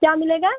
क्या मिलेगा